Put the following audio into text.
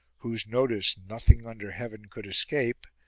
whose notice nothing under heaven could escape,